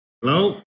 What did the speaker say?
Hello